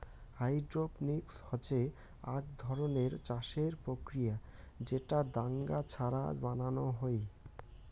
hydroponics হসে আক ধরণের চাষের প্রক্রিয়া যেটা দাঙ্গা ছাড়া বানানো হই